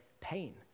pain